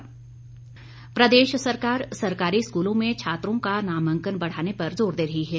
कटौती प्रस्ताव प्रदेश सरकार सरकारी स्कूलों में छात्रों का नामांकन बढ़ाने पर जोर दे रही है